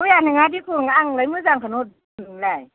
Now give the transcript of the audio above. बया नङा दिखुन आंलाय मोजांखौनो हरदोंलाय